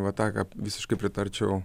va tą ką visiškai pritarčiau